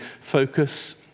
focus